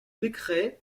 décret